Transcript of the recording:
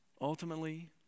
Ultimately